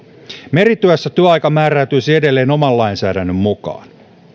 merityössä työaika määräytyisi edelleen oman lainsäädännön mukaan